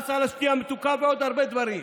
מס על השתייה המתוקה ועוד הרבה דברים.